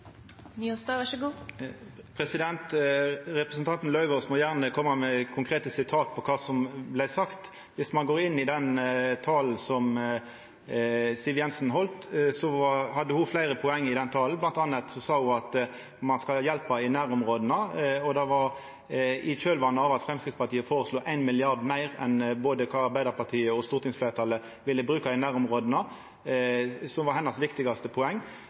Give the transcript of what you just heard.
Jensen heldt, så hadde ho fleire poeng i den talen. Ho sa bl.a. at ein skal hjelpa i nærområda – og det var i kjølvatnet av at Framstegspartiet føreslo 1 mrd. kr meir enn det både Arbeidarpartiet og stortingsfleirtalet ville bruka i nærområda – som var hennar viktigaste poeng.